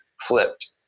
flipped